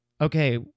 okay